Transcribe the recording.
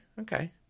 okay